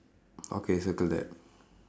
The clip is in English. okay circle that